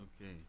Okay